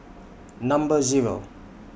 Number Zero